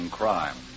crime